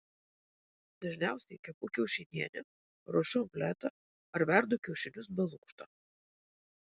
dažniausiai kepu kiaušinienę ruošiu omletą ar verdu kiaušinius be lukšto